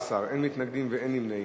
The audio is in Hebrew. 15 בעד, אין מתנגדים ואין נמנעים.